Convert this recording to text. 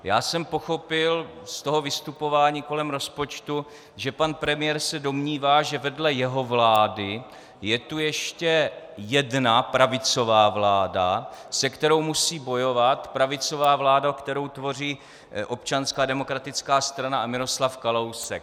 Já jsem pochopil z toho vystupování kolem rozpočtu, že pan premiér se domnívá, že vedle jeho vlády je tu ještě jedna pravicová vláda, se kterou musí bojovat, pravicová vláda, kterou tvoří Občanská demokratická strana a Miroslav Kalousek.